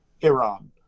Iran